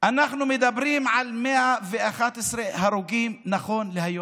אנחנו מדברים על 111 הרוגים, נכון להיום?